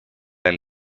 end